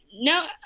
no